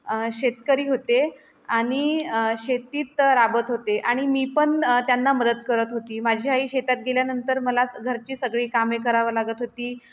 शेतकरी होते आणि शेतीत राबत होते आणि मी पण त्यांना मदत करत होती माझी आई शेतात गेल्यानंतर मला स घरची सगळी कामे करावं लागत होती